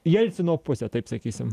jelcino pusę taip sakysim